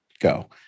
go